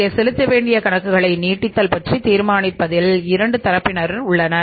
இங்கே செலுத்த வேண்டிய கணக்குகளை நீட்டித்தல் பற்றி தீர்மானிப்பதில் 2 தரப்பினர் உள்ளனர்